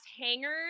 hangers